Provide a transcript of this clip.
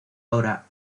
hora